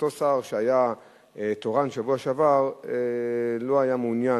אותו שר שהיה תורן בשבוע שעבר לא היה מעוניין,